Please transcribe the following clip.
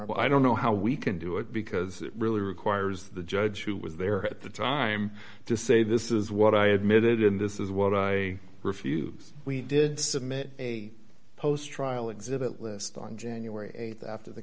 but i don't know how we can do it because it really requires the judge who was there at the time to say this is what i admitted in this is what i refuse we did submit a post trial exhibit list on january th after the